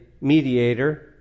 mediator